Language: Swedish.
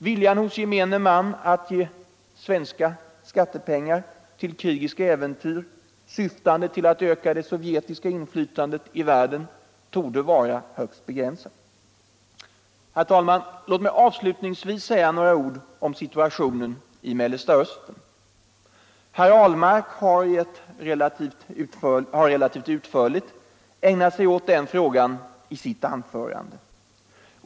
Viljan hos gemene man att ge svenska skattepengar till krigiska äventyr, syftande till att öka det sovjetiska inflytandet i världen, torde vara högst begränsad. Herr talman! Låt mig avslutningsvis säga några ord om situationen i Mellersta Östern. Herr Ahlmark har relativt utförligt ägnat sig åt den frågan i sitt anförande.